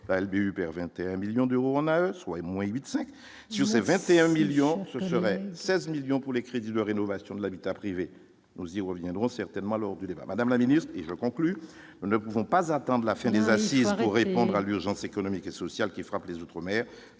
du perd 21 millions d'euros on a soit moins 8 5 sur ces 21 millions ce serait 16 millions pour les crédits de rénovation de l'habitat privé, nous y reviendrons certainement lors du débat Madame la Ministre, et je conclus : nous ne pouvons pas attendent la fin des Assises pour répondre à l'urgence économique et sociale qui frappe les outre-mer